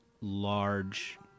large